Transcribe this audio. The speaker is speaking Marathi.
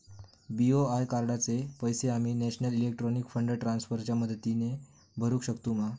बी.ओ.आय कार्डाचे पैसे आम्ही नेशनल इलेक्ट्रॉनिक फंड ट्रान्स्फर च्या मदतीने भरुक शकतू मा?